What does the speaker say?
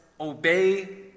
obey